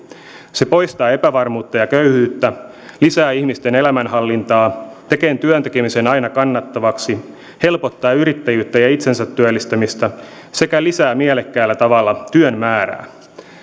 se poistaa epävarmuutta ja köyhyyttä lisää ihmisten elämänhallintaa tekee työn tekemisen aina kannattavaksi helpottaa yrittäjyyttä ja itsensätyöllistämistä sekä lisää mielekkäällä tavalla työn määrää